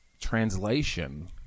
Translation